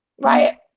right